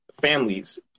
families